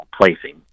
placing